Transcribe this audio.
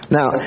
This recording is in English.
Now